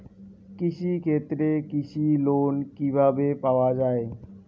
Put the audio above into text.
কৃষি ক্ষেত্রে কৃষি লোন কিভাবে পাওয়া য়ায়?